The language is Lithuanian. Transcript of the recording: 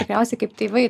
tikriausiai kaip tėvai